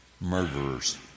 murderers